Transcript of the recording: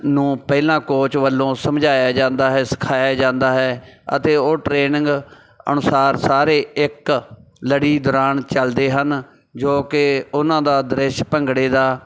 ਨੂੰ ਪਹਿਲਾਂ ਕੋਚ ਵੱਲੋਂ ਸਮਝਾਇਆ ਜਾਂਦਾ ਹੈ ਸਿਖਾਇਆ ਜਾਂਦਾ ਹੈ ਅਤੇ ਉਹ ਟ੍ਰੇਨਿੰਗ ਅਨੁਸਾਰ ਸਾਰੇ ਇੱਕ ਲੜੀ ਦੌਰਾਨ ਚੱਲਦੇ ਹਨ ਜੋ ਕਿ ਉਹਨਾਂ ਦਾ ਦ੍ਰਿਸ਼ ਭੰਗੜੇ ਦਾ